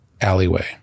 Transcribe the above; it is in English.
alleyway